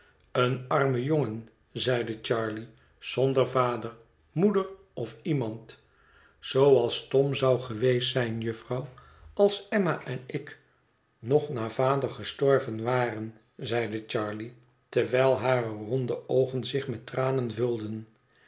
een arme jongen zeide charley zonder vader moeder of iemand zooals tom zou geweest zijn jufvrouw als emma en ik nog na vader gestorven waren zeide charley terwijl hare ronde oogen zich met tranen vulden